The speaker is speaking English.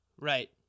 Right